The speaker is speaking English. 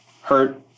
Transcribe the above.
hurt